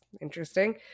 interesting